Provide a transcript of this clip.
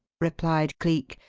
replied cleek,